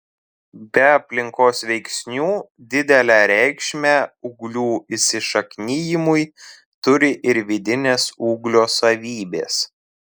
be aplinkos veiksnių didelę reikšmę ūglių įsišaknijimui turi ir vidinės ūglio savybės